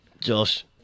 Josh